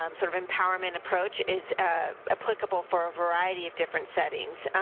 um sort of, empowerment approach is applicable for a variety of different settings.